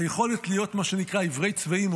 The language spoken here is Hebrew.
היכולת להיות עיוורי צבעים,